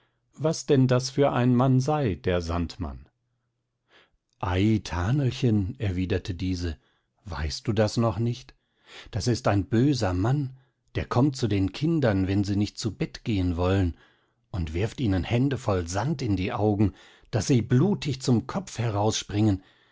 was denn das für ein mann sei der sandmann ei thanelchen erwiderte diese weißt du das noch nicht das ist ein böser mann der kommt zu den kindern wenn sie nicht zu bett gehen wollen und wirft ihnen händevoll sand in die augen daß sie blutig zum kopf herausspringen